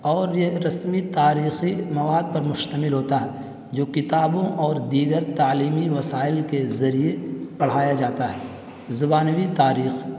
اور یہ رسمی تاریخی مواد پر مشتمل ہوتا ہے جو کتابوں اور دیگر تعلیمی مسائل کے ذریعے پڑھایا جاتا ہے زبانی تاریخ